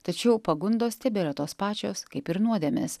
tačiau pagundos tebėra tos pačios kaip ir nuodėmės